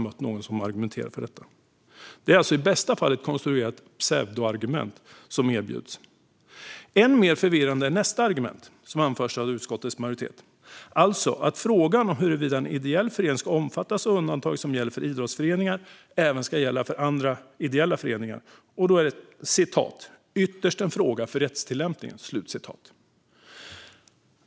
Det är alltså i bästa fall ett konstruerat pseudoargument som erbjuds. Ännu mer förvirrande är nästa argument som anförs av utskottets majoritet: att det undantag som gäller för idrottsföreningar även ska gälla andra ideella föreningar ytterst är en fråga för rättstillämpningen.